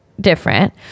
different